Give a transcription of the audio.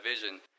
vision